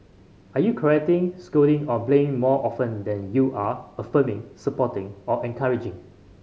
are you correcting scolding or blaming more often than you are affirming supporting or encouraging